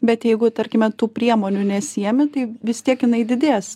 bet jeigu tarkime tų priemonių nesiimi tai vis tiek jinai didės